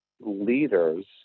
leaders